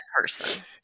person